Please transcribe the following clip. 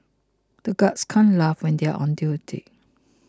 the guards can't laugh when they are on duty